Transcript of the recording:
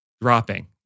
dropping